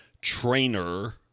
trainer